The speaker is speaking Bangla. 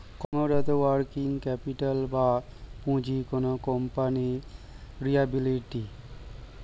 কর্মরত ওয়ার্কিং ক্যাপিটাল বা পুঁজি কোনো কোম্পানির লিয়াবিলিটি